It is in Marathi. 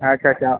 अच्छा अच्छा